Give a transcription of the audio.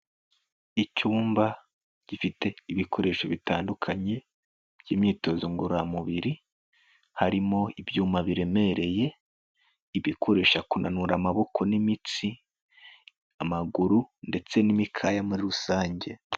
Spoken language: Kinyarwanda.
Icyumba gifite ibikoresho bitandukanye by'imyitozo ngororamubiri, harimo ibyuma biremereye, ibikoresha kunanura amaboko n'imitsi amaguru ndetse n'imikaya muri rusange.